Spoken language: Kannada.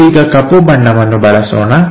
ನಾವು ಈಗ ಕಪ್ಪು ಬಣ್ಣವನ್ನು ಬಳಸೋಣ